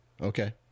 Okay